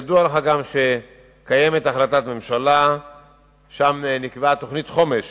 ידוע לך גם שקיימת החלטת ממשלה ששם נקבעה תוכנית חומש